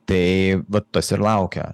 tai vat tas ir laukia